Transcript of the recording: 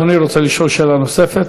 אדוני רוצה לשאול שאלה נוספת?